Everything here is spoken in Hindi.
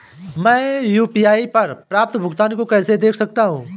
मैं यू.पी.आई पर प्राप्त भुगतान को कैसे देख सकता हूं?